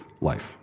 life